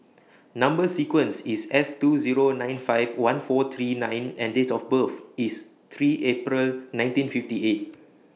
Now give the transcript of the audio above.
Number sequence IS S two Zero nine five one four three nine N and Date of birth IS three April nineteen fifty eight